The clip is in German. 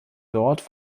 dort